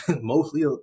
mostly